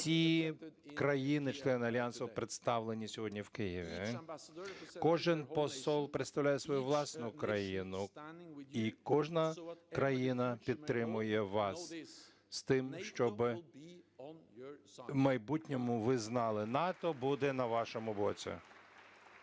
всі країни-члени Альянсу представлені сьогодні в Києві. Кожен посол представляє свою власну країну. І кожна країна підтримує вас з тим, щоб у майбутньому ви знали: НАТО буде на вашому боці.